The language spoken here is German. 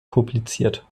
publiziert